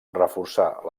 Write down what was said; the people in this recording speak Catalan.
reforçar